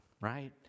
Right